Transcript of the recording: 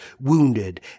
wounded